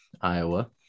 Iowa